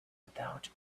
without